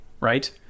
right